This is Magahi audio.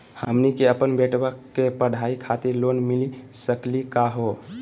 हमनी के अपन बेटवा के पढाई खातीर लोन मिली सकली का हो?